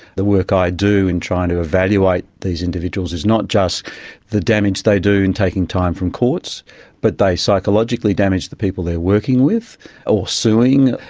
the work i do in trying to evaluate these individuals is not just the damage they do in taking time from courts but they psychologically damage the people they are working with or suing.